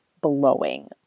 blowing